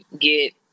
get